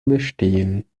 bestehen